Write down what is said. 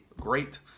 great